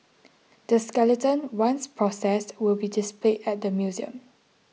the skeleton once processed will be displayed at the museum